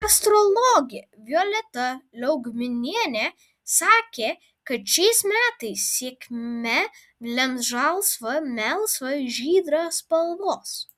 astrologė violeta liaugminienė sakė kad šiais metais sėkmę lems žalsva melsva žydra spalvos